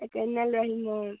একে দিনা লৈ আহিম আৰু